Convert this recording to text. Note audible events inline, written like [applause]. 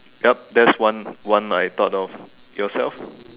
yup that's one [breath] that's one I thought of [breath] yourself